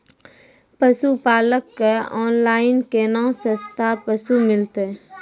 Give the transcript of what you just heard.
पशुपालक कऽ ऑनलाइन केना सस्ता पसु मिलतै?